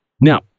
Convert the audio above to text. Now